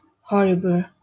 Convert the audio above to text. horrible